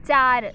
ਚਾਰ